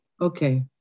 Okay